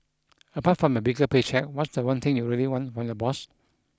apart from a bigger pay cheque what's the one thing you really want from your boss